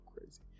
crazy